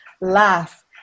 laugh